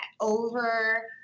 over